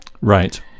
right